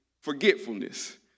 forgetfulness